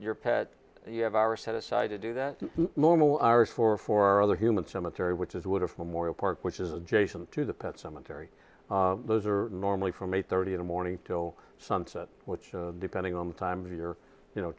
your pet you have our set aside to do that normal hours for four other human cemetery which is would have memorial park which is adjacent to the pet cemetery those are normally from eight thirty in the morning till sunset which depending on the time of year you know